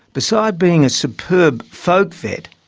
besides being a superb folk vet,